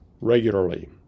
regularly